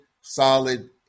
solid